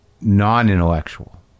non-intellectual